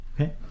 okay